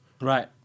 Right